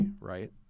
right